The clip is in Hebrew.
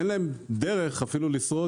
אין להם דרך לשרוד.